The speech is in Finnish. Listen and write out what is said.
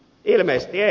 ilmeisesti ei